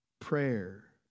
Prayer